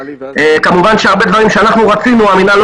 כמובן שהרבה דברים שרצינו המינהל לא